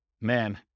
man